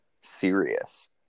serious